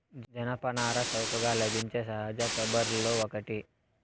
జనపనార చౌకగా లభించే సహజ ఫైబర్లలో ఒకటి